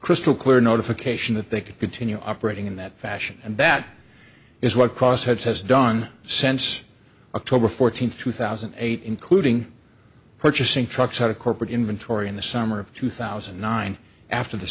crystal clear notification that they could continue operating in that fashion and that is what cost has done since a total fourteenth two thousand and eight including purchasing trucks out of corporate inventory in the summer of two thousand and nine after the